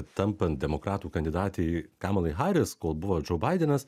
tampant demokratų kandidatei kamalai haris kol buvo džo baidenas